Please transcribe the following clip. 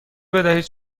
بدهید